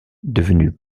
devenu